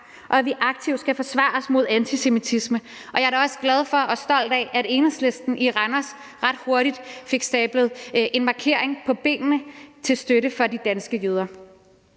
og at vi aktivt skal forsvare os mod antisemitisme. Og jeg er da også glad for og stolt af, at Enhedslisten i Randers ret hurtigt fik stablet en markering på benene til støtte for de danske jøder.